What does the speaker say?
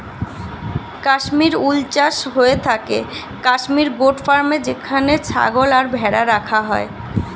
Kashmir wool চাষ হয়ে থাকে কাশ্মীর গোট ফার্মে যেখানে ছাগল আর ভেড়া রাখা হয়